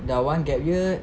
dah one gap year